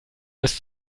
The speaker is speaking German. bis